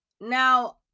now